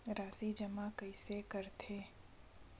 राशि जमा कइसे करथे?